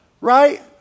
right